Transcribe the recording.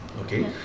Okay